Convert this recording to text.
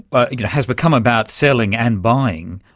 ah you know has become about selling and buying,